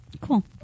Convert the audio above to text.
Cool